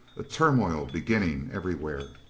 a turmoil beginning everywhere.